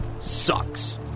sucks